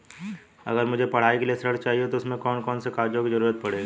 अगर मुझे पढ़ाई के लिए ऋण चाहिए तो उसमें कौन कौन से कागजों की जरूरत पड़ेगी?